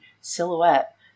silhouette